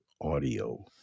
audio